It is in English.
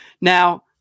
now